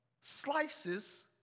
slices